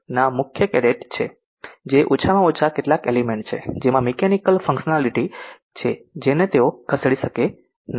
ના મુખ્ય કેટેડ છે જે ઓછામાં ઓછા કેટલાક એલિમેન્ટ છે જેમાં મીકેનીકલ ફન્કશનલાટી છે કે જેને તેઓ ખસેડી શકે છે કે નહીં